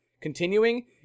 continuing